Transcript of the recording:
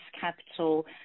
capital